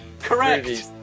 Correct